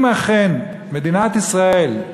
אם אכן מדינת ישראל,